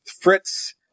Fritz